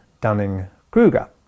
Dunning-Kruger